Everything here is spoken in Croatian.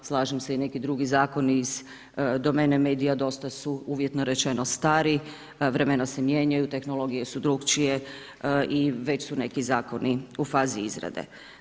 Slažem se i neki drugi zakoni iz domene medija dosta su, uvjetno rečeno, stari, vremena se mijenjaju, tehnologije su drugačije i već su neki zakoni u fazi izrade.